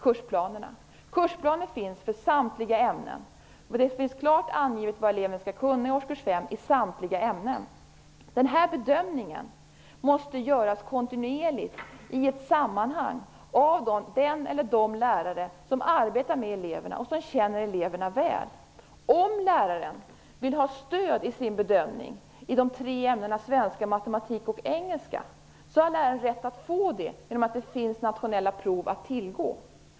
Kursplaner finns för samtliga ämnen. Det finns klart angivet vad eleven skall kunna i årskurs 5 i samtliga ämnen. Denna bedömning måste göras kontinuerligt, i ett sammanhang, av den eller de lärare som arbetar med eleverna och som känner eleverna väl. Om läraren vill ha stöd i sin bedömning i de tre ämnena svenska, matematik och engelska har läraren rätt att få det genom att det finns nationella prov att tillgå.